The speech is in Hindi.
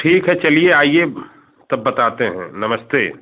ठीक है चलिए आइए तब बताते हैं नमस्ते